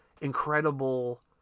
incredible